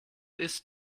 ist